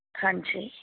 ਹਾਂਜੀ